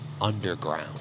underground